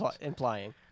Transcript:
implying